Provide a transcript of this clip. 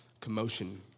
commotion